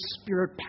spirit